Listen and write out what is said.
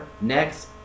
next